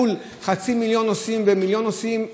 מול חצי מיליון ומיליון נוסעים,